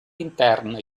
interna